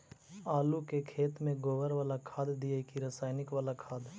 आलू के खेत में गोबर बाला खाद दियै की रसायन बाला खाद?